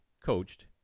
coached